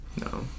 No